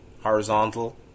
horizontal